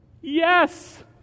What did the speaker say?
Yes